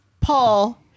Paul